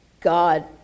God